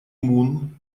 мун